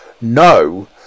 No